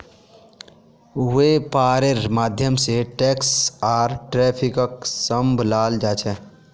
वैपार्र माध्यम से टैक्स आर ट्रैफिकक सम्भलाल जा छे